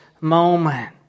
moment